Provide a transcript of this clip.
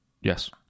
Yes